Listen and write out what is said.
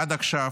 עד עכשיו,